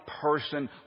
person